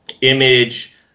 image